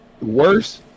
worse